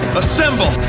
assemble